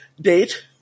date